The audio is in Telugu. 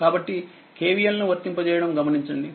కాబట్టిKVL నువర్తింపజేయడం గమనించండి